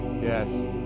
yes